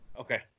Okay